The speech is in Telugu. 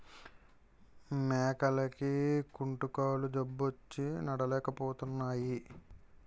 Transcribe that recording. మేకలకి కుంటుకాలు జబ్బొచ్చి నడలేపోతున్నాయి